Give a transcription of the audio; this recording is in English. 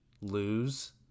lose